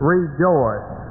rejoice